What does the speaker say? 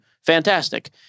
Fantastic